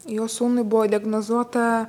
jos sūnui buvo diagnozuota